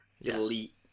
elite